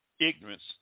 ignorance